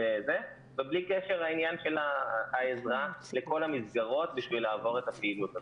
ובלי קשר לעניין של העזרה לכל המסגרות בשביל לעבור את הפעילות הזאת.